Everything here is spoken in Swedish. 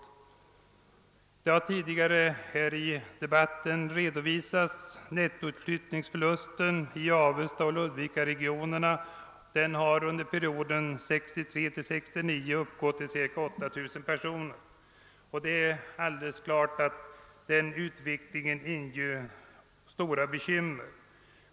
Tidigare har här i debatten redovisats nettoutflyttningsförlusten i Avestaoch Ludvika-regionerna som under perioden 1963—1969 uppgått till cirka 8 000 personer. Det är alldeles klart att denna utveckling inger stora bekymmer.